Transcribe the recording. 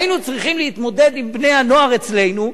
היינו צריכים להתמודד עם בני-הנוער אצלנו,